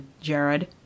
jared